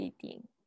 eating